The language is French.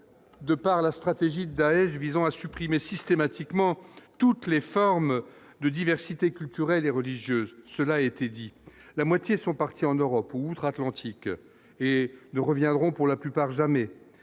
de par la stratégie Daech visant à supprimer systématiquement toutes les formes de diversité culturelle et religieuse, cela a été dit, la moitié sont partis en Europe outre-Atlantique et nous reviendrons pour la plupart jamais